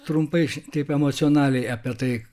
trumpai taip emocionaliai apie tai